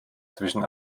zwischen